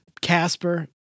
Casper